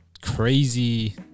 crazy